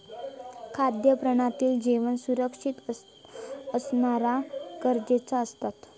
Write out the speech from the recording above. खाद्य प्रणालीत जेवण सुरक्षित असना गरजेचा असता